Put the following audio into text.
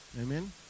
Amen